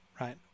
right